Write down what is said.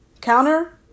counter